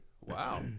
Wow